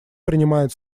принимает